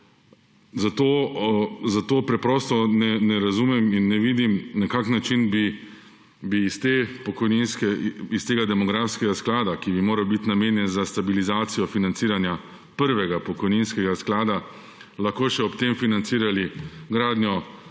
Zato preprosto ne razumem in ne vidim, na kakšen način bi iz tega demografskega sklada, ki bi moral biti namenjen za stabilizacijo financiranja prvega pokojninskega sklada, lahko še ob tem financirali gradnjo